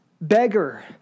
beggar